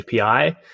API